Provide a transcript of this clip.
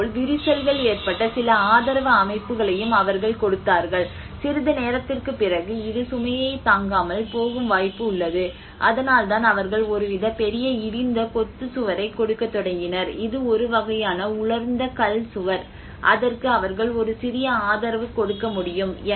இதேபோல் விரிசல்கள் ஏற்பட்ட சில ஆதரவு அமைப்புகளையும் அவர்கள் கொடுத்தார்கள் சிறிது நேரத்திற்குப் பிறகு இது சுமையைத் தாங்காமல் போகும் வாய்ப்பு உள்ளது அதனால்தான் அவர்கள் ஒருவித பெரிய இடிந்த கொத்துச் சுவரைக் கொடுக்கத் தொடங்கினர் இது ஒரு வகையான உலர்ந்த கல் சுவர் அதற்கு அவர்கள் ஒரு சிறிய ஆதரவு கொடுக்க முடியும்